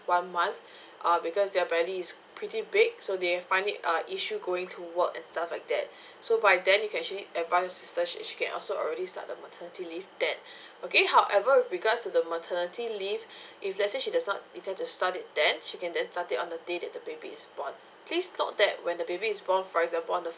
one month uh because their belly is pretty big so they find it uh issue going to work and stuff like that so by then you can actually advise your sister she she can also already start the maternity leave then okay however with regards to the maternity leave if let's say she does not intend to start it then she can then start it on the day that the baby is born please note that when the baby is born for example on the